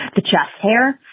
the chest hair.